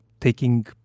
taking